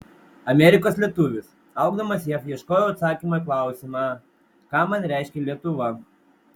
amerikos lietuvis augdamas jav ieškojau atsakymo į klausimą ką man reiškia lietuva